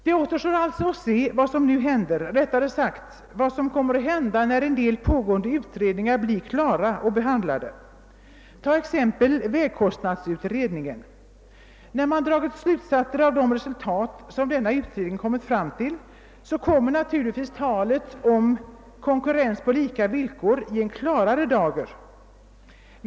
Det återstår alltså att se vad som nu händer eller rättare sagt vad som nu kommer att hända när en del pågående utredningar blir klara och behandlade. Jag nämner som exempel vägkostnadsutredningen. När man dragit slutsatser av de resultat som denna utredning kommit fram till kommer naturligtvis talet om »konkurrens på lika villkor» i en klarare dager.